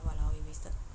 !walao! eh wasted